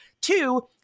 Two